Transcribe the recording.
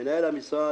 מנהל המשרד,